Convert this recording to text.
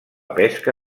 pesca